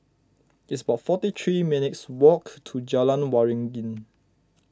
it's about forty three minutes' walk to Jalan Waringin